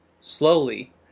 Slowly